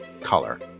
color